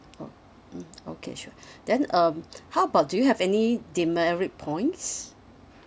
oh mmhmm okay sure then um how about do you have any demerit points